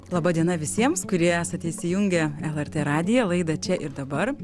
laba diena visiems kurie esate įsijungę lrt radijo laidą čia ir dabar